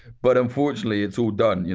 but unfortunately it's all done, you